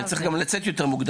אבל אני צריך גם לצאת יותר מוקדם,